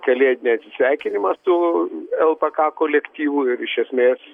kalėdinį atsisveikinimą su lpk kolektyvu ir iš esmės